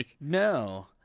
No